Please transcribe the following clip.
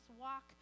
walk